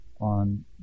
on